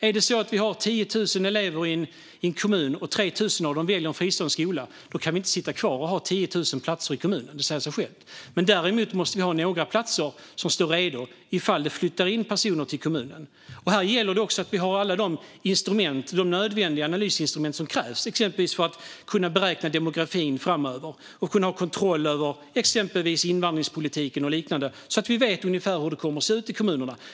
Är det så att vi har 10 000 elever i en kommun och 3 000 av dem väljer en fristående skola kan vi inte ha 10 000 platser i kommunen - det säger sig självt. Däremot måste vi ha några platser som står redo ifall det flyttar in personer till kommunen. Här gäller det också att vi har alla de nödvändiga analysinstrument som krävs, exempelvis för att kunna beräkna demografin framöver och för att kunna ha kontroll över invandringspolitiken och liknande, så att vi vet ungefär hur det kommer att se ut i kommunerna.